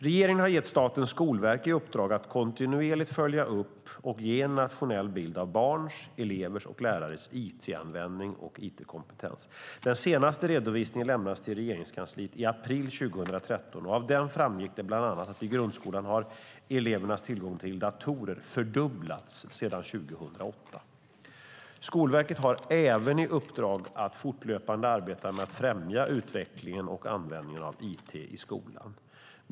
Regeringen har gett Statens skolverk i uppdrag att kontinuerligt följa upp och ge en nationell bild av barns, elevers och lärares it-användning och it-kompetens. Den senaste redovisningen lämnades till Regeringskansliet i april 2013. Av den framgick det bland annat att i grundskolan har elevernas tillgång till datorer fördubblats sedan 2008. Skolverket har även i uppdrag att fortlöpande arbeta med att främja utvecklingen och användningen av it i skolan.